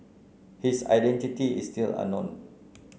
his identity is still unknown